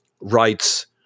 rights